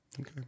Okay